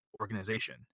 organization